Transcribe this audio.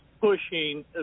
pushing